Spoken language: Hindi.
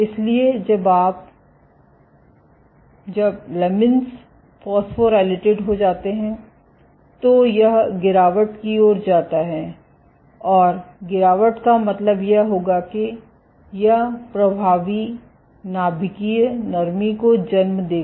इसलिए जब आप जब लमीन्स फॉस्फोराइलेटेड हो जाते हैं तो यह गिरावट की ओर जाता है और गिरावट का मतलब यह होगा कि यह प्रभावी नाभिकीय नरमी को जन्म देगा